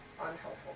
unhelpful